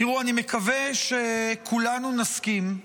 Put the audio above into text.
תראו, אני מקווה שכולנו נסכים,